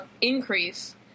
increase